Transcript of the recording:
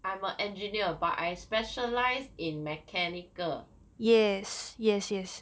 I'm a engineer but I specialize in mechanical